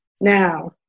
Now